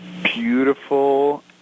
beautiful